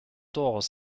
doors